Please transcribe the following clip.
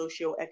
socioeconomic